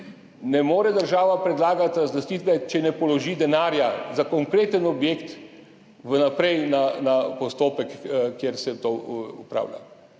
ne more več država predlagati razlastitve, če ne položi denarja za konkreten objekt vnaprej v postopek, kjer se to opravlja.